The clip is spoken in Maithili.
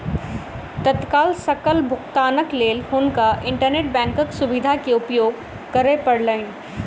तत्काल सकल भुगतानक लेल हुनका इंटरनेट बैंकक सुविधा के उपयोग करअ पड़लैन